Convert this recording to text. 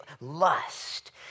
lust